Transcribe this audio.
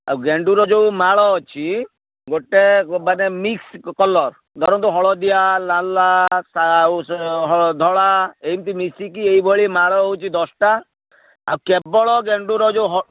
ଆଉ ଗେଣ୍ଡୁର ଯେଉଁ ମାଳ ଅଛି ଗୋଟେ ମାନେ ମିକ୍ସ କଲର ଧରନ୍ତୁ ହଳଦିଆ ଲାଲ୍ ଲାଲ୍ ଆଉ ଧଳା ଏଇମିତି ମିଶିକି ଏଇ ଭଳି ମାଳ ହେଉଛି ଦଶଟା ଆଉ କେବଳ ଗେଣ୍ଡୁର ଯେଉଁ